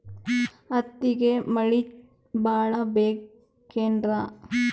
ಹತ್ತಿಗೆ ಮಳಿ ಭಾಳ ಬೇಕೆನ್ರ?